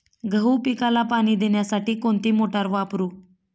गहू पिकाला पाणी देण्यासाठी कोणती मोटार वापरू?